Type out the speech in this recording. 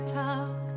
talk